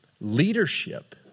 leadership